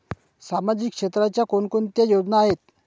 सामाजिक क्षेत्राच्या कोणकोणत्या योजना आहेत?